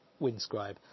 Windscribe